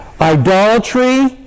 Idolatry